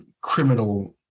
criminal